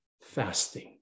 fasting